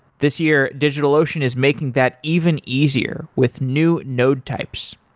this year, digitalocean is making that even easier with new node types.